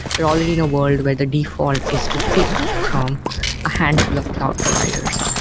but already in a world where the default is to pick from a handful of cloud providers.